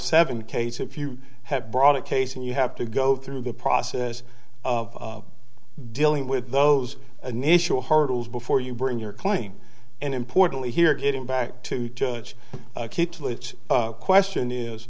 case if you have brought a case and you have to go through the process of dealing with those initial hurdles before you bring your claim and importantly here getting back to church which question is